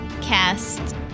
cast